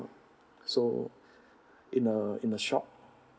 so in a shock